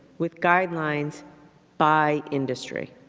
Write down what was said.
with guidelines by industry.